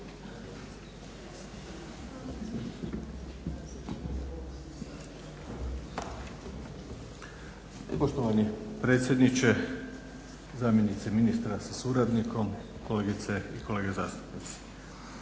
Poštovani predsjedniče, zamjenice ministra sa suradnikom, kolegice i kolege zastupnici.